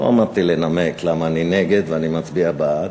לא עמדתי לנמק למה אני נגד, ואני מצביע בעד.